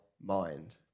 mind